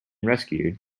rescued